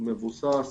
מבוסס